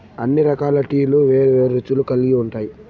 అన్ని రకాల టీలు వేరు వేరు రుచులు కల్గి ఉంటాయి